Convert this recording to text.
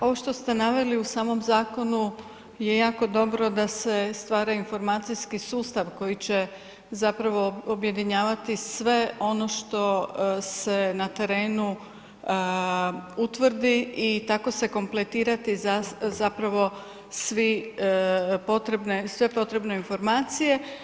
Ovo što ste naveli u samom zakonu je jako dobro da se stvara informacijski sustav koji će objedinjavati sve ono što se na terenu utvrdi i tako se kompletirati sve potrebne informacije.